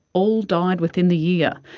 all died within the year.